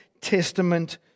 Testament